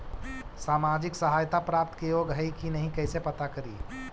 सामाजिक सहायता प्राप्त के योग्य हई कि नहीं कैसे पता करी?